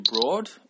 broad